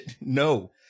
No